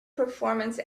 performance